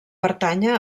pertànyer